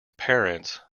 parents